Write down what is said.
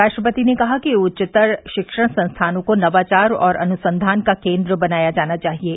रा ट्रपति ने कहा कि उच्चतर शिक्षण संस्थानों को नवाचार और अनुसंधान का केन्द्र बनाया जाना चाहिये